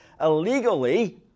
illegally